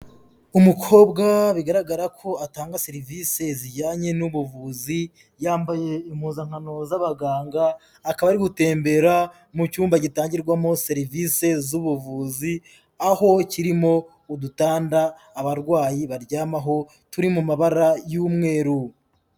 Umukobwa bigaragara ko atanga serivisi zijyanye n'ubuvuzi, yambaye impuzankano z'abaganga, akaba ari gutembera mu cyumba gitangirwamo serivisi z'ubuvuzi, aho kirimo udutanda abarwayi baryamaho turi mu mabara y'umweru.